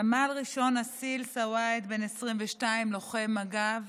סמל ראשון אסיל סועאד, בן 22, לוחם מג"ב,